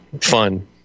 fun